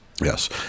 yes